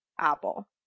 apple